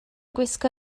gwisgo